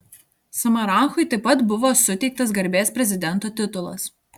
samaranchui taip pat buvo suteiktas garbės prezidento titulas